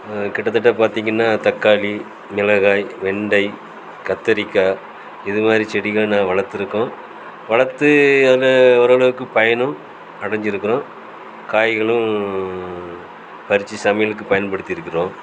கிட்டதட்ட பார்த்திங்கன்னா தக்காளி மிளகாய் வெண்டை கத்திரிக்காய் இதுமாதிரி செடிகளை நான் வளர்த்துருக்கோம் வளர்த்து அந்த ஓரளவுக்கு பயனும் அடைஞ்சிருக்கோம் காய்களும் பறித்து சமையலுக்கு பயன்படுத்தி இருக்கிறோம்